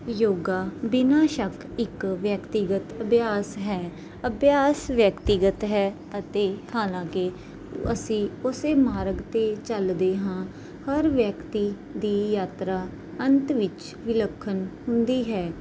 ਯੋਗਾ ਬਿਨਾਂ ਸ਼ੱਕ ਇੱਕ ਵਿਅਕਤੀਗਤ ਅਭਿਆਸ ਹੈ ਅਭਿਆਸ ਵਿਅਕਤੀਗਤ ਹੈ ਅਤੇ ਹਾਲਾਂਕਿ ਅਸੀਂ ਉਸ ਮਾਰਗ 'ਤੇ ਚੱਲਦੇ ਹਾਂ ਹਰ ਵਿਅਕਤੀ ਦੀ ਯਾਤਰਾ ਅੰਤ ਵਿੱਚ ਵਿਲੱਖਣ ਹੁੰਦੀ ਹੈ